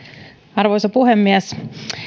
arvoisa puhemies